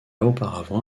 auparavant